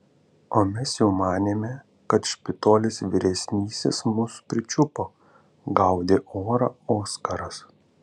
o mes jau manėme kad špitolės vyresnysis mus pričiupo gaudė orą oskaras